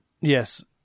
Yes